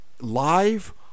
live